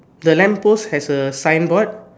the lamp post has a signboard